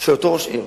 של אותו ראש עיר.